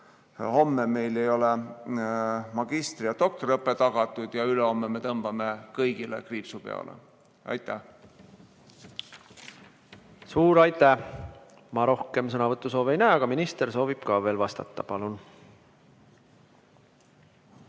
homme meil ei ole magistri‑ ja doktoriõpe tagatud ja ülehomme me tõmbame kõigele kriipsu peale. Aitäh! Suur aitäh! Ma rohkem sõnavõtusoove ei näe, aga minister soovib ka veel vastata. Palun!